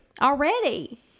Already